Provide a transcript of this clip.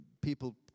people